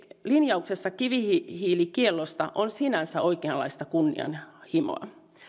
linjauksessa kivihiilikiellosta on sinänsä oikeanlaista kunnianhimoa